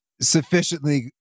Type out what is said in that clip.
sufficiently